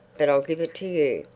but i'll give it to you.